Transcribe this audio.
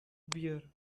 beer